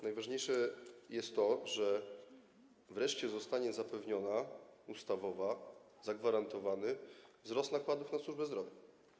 Najważniejsze jest to, że wreszcie zostanie zapewniony, ustawowo zagwarantowany wzrost nakładów na służbę zdrowia.